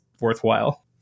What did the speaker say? worthwhile